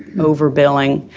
overbilling,